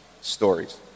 stories